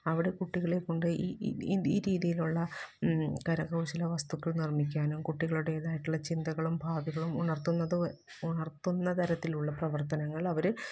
അവിടെ കുട്ടികളെ കൊണ്ടുപോയി ഈ ഈ ഈ രീതിയിലുള്ള കരകൗശല വസ്തുക്കള് നിര്മ്മിക്കാനും കുട്ടികളുടേതായിട്ടുള്ള ചിന്തകളും ആഗ്രഹങ്ങളും ഉണര്ത്തുന്നതും ഉണര്ത്തുന്ന തരത്തിലുള്ള പ്രവര്ത്തനങ്ങള് അവർ